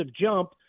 jump